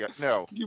No